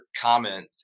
comment